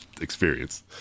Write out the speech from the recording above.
experience